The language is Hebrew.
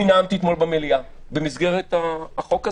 אני נאמתי אתמול במליאה במסגרת החוק הזה,